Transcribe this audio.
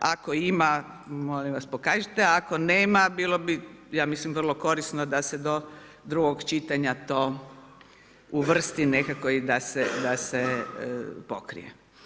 Ako ima, molim vas pokažite, ako nema, bilo bi, ja mislim, vrlo korisno da se do drugog čitanja to uvrsti nekako i da se pokrije.